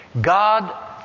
God